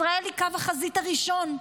ישראלי היא קו החזית הראשון,